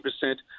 percent